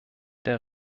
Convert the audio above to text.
der